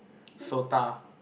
Sota